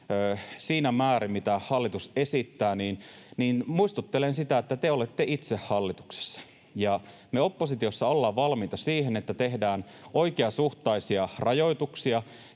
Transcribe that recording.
siinä määrin, mitä hallitus esittää, niin muistuttelen sitä, että te olette itse hallituksessa, ja me oppositiossa ollaan valmiita siihen, että tehdään oikeasuhtaisia rajoituksia.